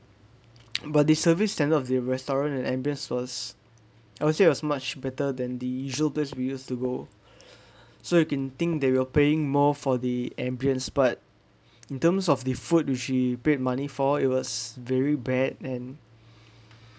but the service standard of the restaurant and M_B_S was I would say it was much better than the usual place we used to go so you can think they will paying more for the ambience but in terms of the food which we paid money for it was very bad and